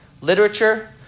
literature